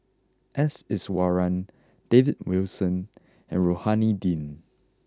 S Iswaran David Wilson and Rohani Din